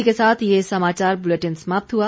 इसी के साथ ये समाचार बुलेटिन समाप्त हुआ